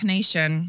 Nation